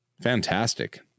fantastic